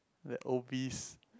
that obese